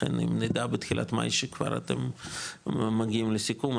לכן אם נדע בתחילת מאי שכבר אתם מגיעים לסיכום,